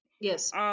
Yes